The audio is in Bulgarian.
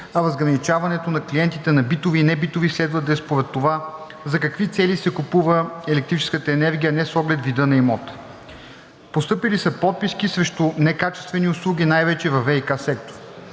а разграничаването на клиентите на битови и небитови следва да е според това за какви цели се купува електрическата енергия, а не с оглед вида на имота. Постъпили са подписки срещу некачествени услуги, най-вече във ВиК сектора.